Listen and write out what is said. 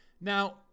Now